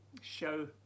Show